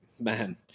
man